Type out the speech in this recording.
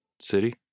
city